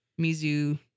Mizu